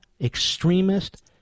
extremist